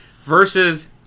versus